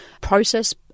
process